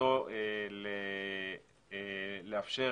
שמטרתו לאפשר